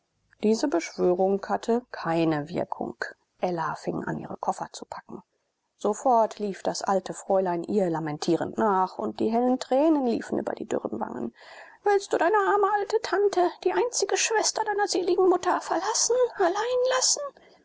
diese beschwörung hatte keine wirkung ella fing an ihre koffer zu packen sofort lief das alte fräulein ihr lamentierend nach und die hellen tränen liefen über die dürren wangen willst du deine arme alte tante die einzige schwester deiner seligen mutter verlassen allein lassen